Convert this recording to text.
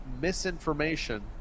misinformation